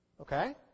Okay